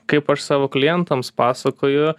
kaip aš savo klientams pasakoju